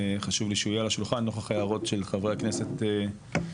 חשוב לי שהוא יהיה על השולחן נוכח ההערות של חברי הכנסת הקודמים.